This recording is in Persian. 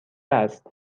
است